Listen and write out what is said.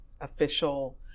official